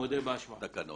מודה באשמה.